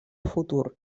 futur